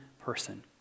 person